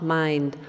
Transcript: mind